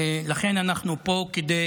לכן אנחנו פה, כדי